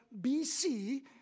BC